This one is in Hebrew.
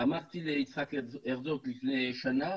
אמרתי ליצחק הרצוג לפני שנה,